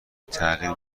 تغییر